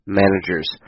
managers